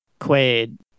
Quaid